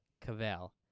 Cavell